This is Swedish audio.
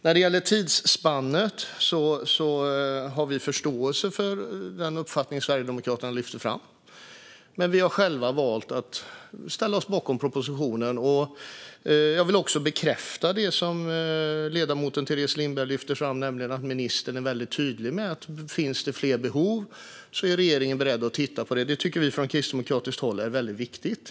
När det gäller tidsspannet har vi förståelse för den uppfattning som Sverigedemokraterna lyfter fram, men vi har valt att ställa oss bakom propositionen. Jag vill bekräfta det som ledamoten Teres Lindberg lyfte fram, nämligen att ministern är tydlig med att om det finns fler behov är regeringen beredd att titta på det. Detta tycker vi från kristdemokratiskt håll är viktigt.